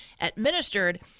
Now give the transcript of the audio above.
administered